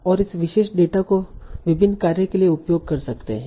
और इस विशेष डेटा को विभिन्न कार्य के लिए उपयोग कर सकते है